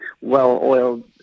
well-oiled